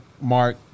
Mark